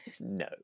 No